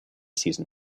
season